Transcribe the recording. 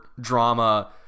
drama